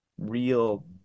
real